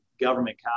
government